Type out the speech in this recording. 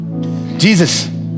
Jesus